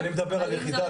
אני מדבר על יחידה,